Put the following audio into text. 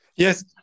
Yes